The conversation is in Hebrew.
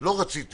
לא רציתי